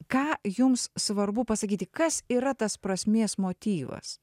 ką jums svarbu pasakyti kas yra tas prasmės motyvas